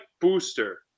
Booster